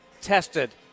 tested